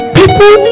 people